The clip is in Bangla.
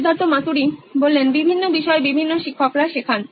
Siddharth Maturi CEO nine electronics বিভিন্ন বিষয় বিভিন্ন শিক্ষকরা শেখান